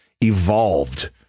evolved